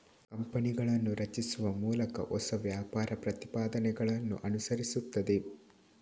ಕಂಪನಿಗಳನ್ನು ರಚಿಸುವ ಮೂಲಕ ಹೊಸ ವ್ಯಾಪಾರ ಪ್ರತಿಪಾದನೆಗಳನ್ನು ಅನುಸರಿಸುತ್ತದೆ